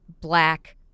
black